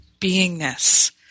beingness